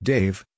Dave